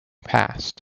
passed